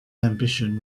ambition